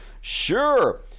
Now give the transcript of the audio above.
Sure